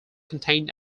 contained